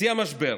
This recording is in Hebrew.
בשיא המשבר,